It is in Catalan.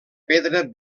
pedra